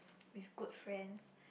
with good friends